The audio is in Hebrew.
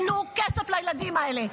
תנו כסף לילדים האלה.